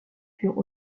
furent